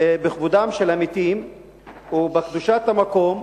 בכבודם של המתים ובקדושת המקום,